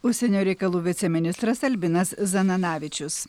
užsienio reikalų viceministras albinas zananavičius